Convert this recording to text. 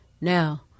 now